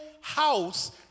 house